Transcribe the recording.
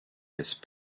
laisse